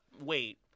Wait